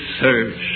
search